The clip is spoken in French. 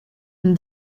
une